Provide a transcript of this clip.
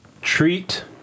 Treat